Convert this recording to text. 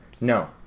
No